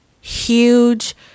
huge